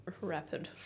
rapid